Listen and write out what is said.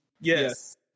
Yes